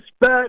bet